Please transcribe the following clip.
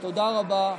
תודה רבה.